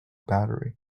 battery